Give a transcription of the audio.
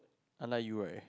unlike you eh